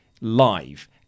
live